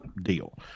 deal